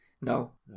No